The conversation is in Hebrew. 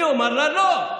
אני אומר לה לא.